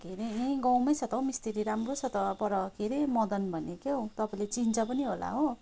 के रे यहीँ गाउँमै छ त हौ मिस्त्री राम्रो छ त पर के रे मदन भन्ने क्याउ तपाईँले चिन्छ पनि होला हो